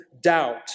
doubt